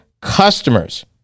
customers